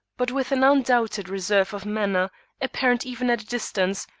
but with an undoubted reserve of manner apparent even at a distance,